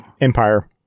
Empire